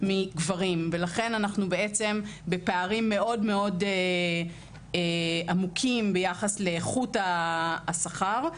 מגברים ולכן אנחנו בעצם בפערים מאוד מאוד עמוקים ביחס לאיכות השכר.